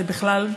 זה בכלל,